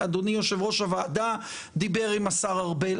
אדוני יושב ראש הוועדה דיבר עם השר הרבה.